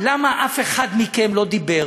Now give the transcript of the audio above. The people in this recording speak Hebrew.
למה אף אחד מכם לא דיבר